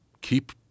Keep –